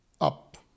up